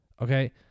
okay